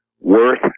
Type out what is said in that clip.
worth